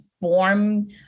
form